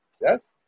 yes